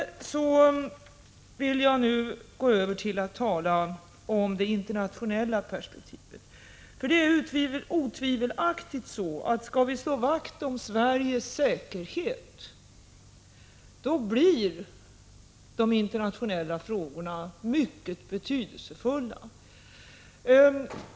Jag vill därefter övergå till att tala om det internationella perspektivet. Det är nämligen otvivelaktigt så, att om vi skall slå vakt om Sveriges säkerhet, blir de internationella frågorna mycket betydelsefulla.